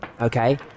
Okay